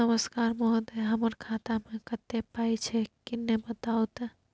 नमस्कार महोदय, हमर खाता मे कत्ते पाई छै किन्ने बताऊ त?